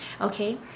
okay